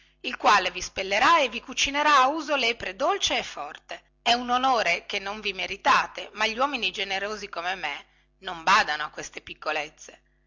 il quale vi spellerà e vi cucinerà a uso lepre dolce e forte è un onore che non vi meritate ma gli uomini generosi come me non badano a queste piccolezze